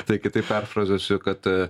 tai kitaip perfrazuosiu kad